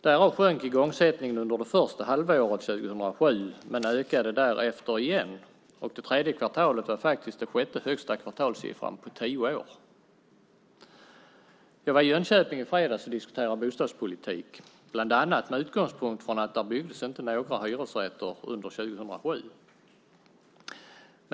Därav sjönk igångsättningen under det första halvåret 2007, men den ökade därefter igen. Det tredje kvartalet har faktiskt den sjätte högsta kvartalssiffran på tio år. Jag var i Jönköping i fredags och diskuterade bostadspolitik, bland annat med utgångspunkt i att det där inte byggdes några hyresrätter under 2007.